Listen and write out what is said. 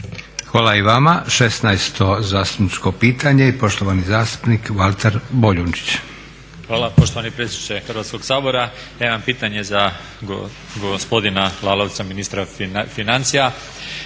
Hvala i vama. 16.zastupničko pitanje i poštovani zastupnik Valter Boljunčić. **Boljunčić, Valter (IDS)** Hvala poštovani predsjedniče Hrvatskog sabora. Ja imam pitanje za gospodina Lalovca, ministra financija.